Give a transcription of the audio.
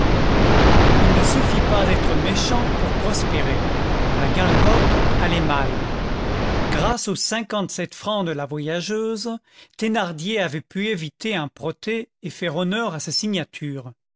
il ne suffit pas d'être méchant pour prospérer la gargote allait mal grâce aux cinquante-sept francs de la voyageuse thénardier avait pu éviter un protêt et faire honneur à sa signature